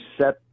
set